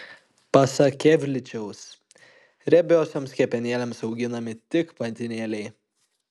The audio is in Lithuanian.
pasak kevličiaus riebiosioms kepenėlėms auginami tik patinėliai